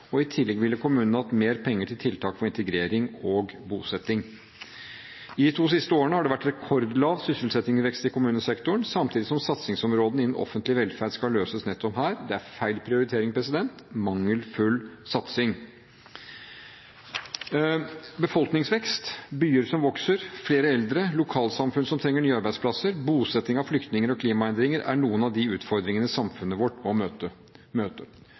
I tillegg ville kommunene hatt mer penger til tiltak for integrering og bosetting. De to siste årene har det vært rekordlav sysselsettingsvekst i kommunesektoren, samtidig som satsingsområdene innenfor offentlig velferd skal løses nettopp der. Det er feil prioritering og mangelfull satsing. Befolkningsvekst, byer som vokser, flere eldre, lokalsamfunn som trenger nye arbeidsplasser, bosetting av flyktninger og klimaendringer er noen av de utfordringene samfunnet vårt må møte.